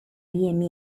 页面